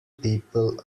people